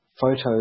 photos